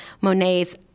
monet's